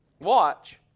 Watch